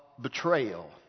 betrayal